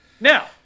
Now